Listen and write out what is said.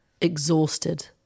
exhausted